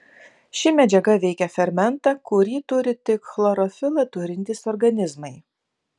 ši medžiaga veikia fermentą kurį turi tik chlorofilą turintys organizmai